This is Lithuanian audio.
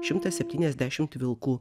šimtas septyniasdešimt vilkų